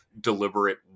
deliberate